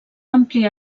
ampliar